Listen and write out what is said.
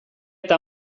eta